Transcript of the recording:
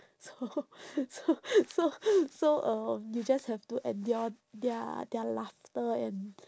so so so so um you just have to endure their their laughter and